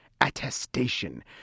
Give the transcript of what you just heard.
Attestation